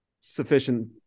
sufficient